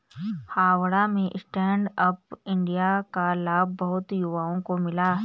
हावड़ा में Stand Up India का लाभ बहुत युवाओं को मिला